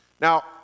Now